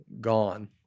gone